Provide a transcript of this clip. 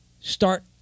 start